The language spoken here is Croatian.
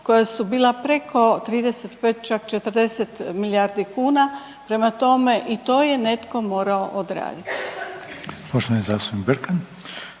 koja su bila preko 35 čak 40 milijardi kuna prema tome i to je netko morao odraditi. **Reiner,